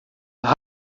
hand